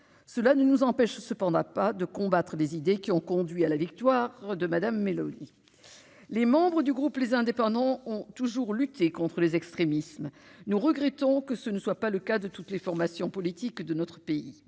cela ne nous empêche cependant pas de combattre des idées qui ont conduit à la victoire de Madame mélodies, les membres du groupe, les indépendants ont toujours lutté contre les extrémismes, nous regrettons que ce ne soit pas le cas de toutes les formations politiques de notre pays,